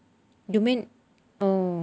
you mean oh